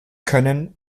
können